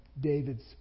David's